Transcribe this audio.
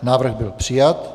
Návrh byl přijat.